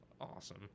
awesome